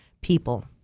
people